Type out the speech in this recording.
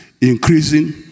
increasing